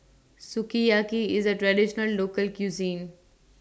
Sukiyaki IS A Traditional Local Cuisine